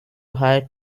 hire